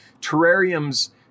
Terrariums